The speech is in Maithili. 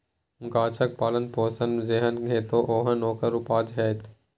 गाछक पालन पोषण जेहन हेतै ओहने ओकर उपजा हेतै